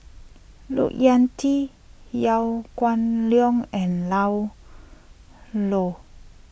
Look Yan Kit Liew Geok Leong and Ian Loy